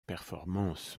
performances